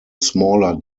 smaller